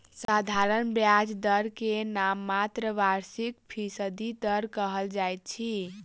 साधारण ब्याज दर के नाममात्र वार्षिक फीसदी दर कहल जाइत अछि